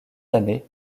années